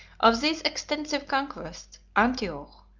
of these extensive conquests, antioch,